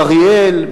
באריאל,